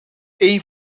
één